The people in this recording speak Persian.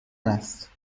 است